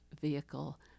vehicle